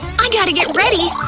i gotta get ready!